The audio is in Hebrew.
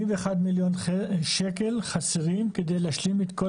81 מיליון שקל חסרים כדי להשלים את כל